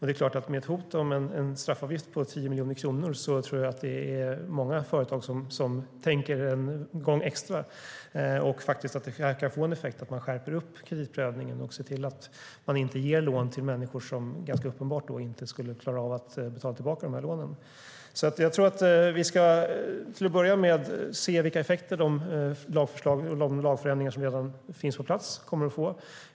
Det är klart att med ett hot om en straffavgift på 10 miljoner kronor är det nog många företag som tänker till en extra gång. På det viset kan det få den effekten att man skärper upp kreditprövningen och inte ger lån till människor som uppenbarligen inte skulle klara av att betala lånen. Till att börja med ska vi se vilka effekter de lagförändringar som redan finns på plats kommer att få.